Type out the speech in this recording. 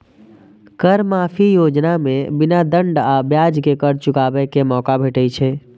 कर माफी योजना मे बिना दंड आ ब्याज के कर चुकाबै के मौका भेटै छै